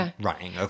running